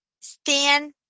stand